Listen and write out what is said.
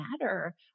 matter